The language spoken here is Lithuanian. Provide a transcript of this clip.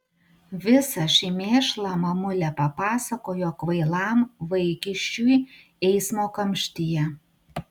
visą šį mėšlą mamulė papasakojo kvailam vaikiščiui eismo kamštyje